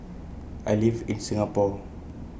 I live in Singapore